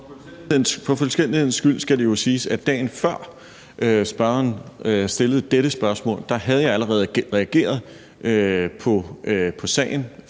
For fuldstændighedens skyld skal det jo siges, at dagen før spørgeren stillede dette spørgsmål, havde jeg allerede reageret på sagen.